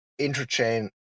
interchain